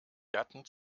gatten